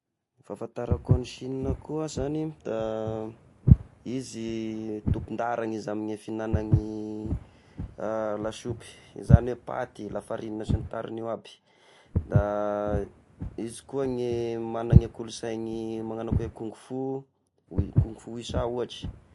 Fahafatarako any Chine koa zany da izy tompon-daharagny izy amy fihignana ny a lasopy, izany hoe paty, lafarigna sy ny taragny io aby, da izy ko ny magnany kolosainy magnano akoa kung fu, kung fu wisa ohatry.